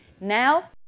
Now